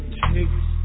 takes